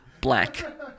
black